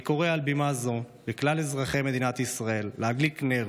אני קורא מעל בימה זו לכלל אזרחי מדינת ישראל להדליק נר,